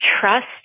trust